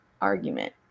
argument